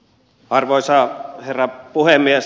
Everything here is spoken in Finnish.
arvoisa herra puhemies